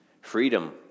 Freedom